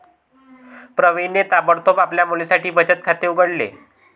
प्रवीणने ताबडतोब आपल्या मुलीसाठी बचत खाते उघडले